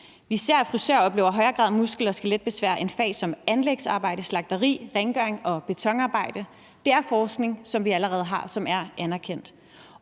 Især frisører oplever i højere grad muskel- og skeletbesvær, end man gør i fag som anlægsarbejde, slagteriarbejder, rengøring og betonarbejde. Det er forskning, som vi allerede har, og som er anerkendt.